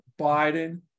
Biden